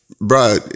bro